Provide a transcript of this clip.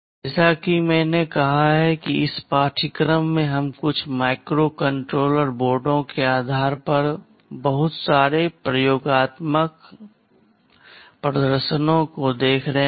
जैसा कि मैंने कहा कि इस पाठ्यक्रम में हम कुछ माइक्रोकंट्रोलर बोर्डों के आधार पर बहुत सारे प्रयोगात्मक प्रदर्शनों को देख रहे हैं